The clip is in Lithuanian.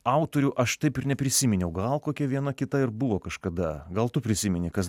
autorių aš taip ir neprisiminiau gal kokia viena kita ir buvo kažkada gal tu prisimeni kas